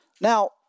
Now